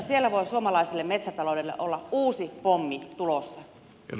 siellä voi suomalaiselle metsätaloudelle olla uusi pommi tulossa